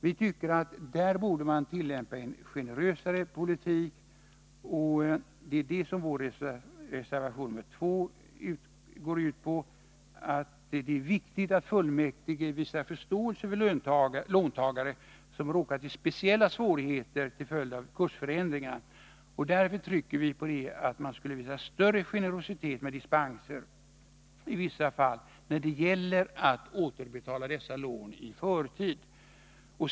Vi tycker att man borde tillämpa en generösare politik, och det är vad vår reservation nr 2 går ut på. Det är viktigt att fullmäktige visar förståelse för låntagare som råkat i speciella svårigheter till följd av kursförändringarna. Därför trycker vi på att det borde visas större generositet med dispenser när det gäller att återbetala dessa lån i förtid.